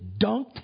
dunked